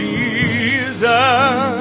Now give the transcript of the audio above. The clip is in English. Jesus